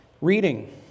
reading